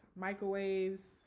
microwaves